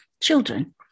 Children